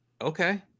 okay